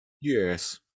Yes